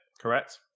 correct